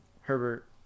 Herbert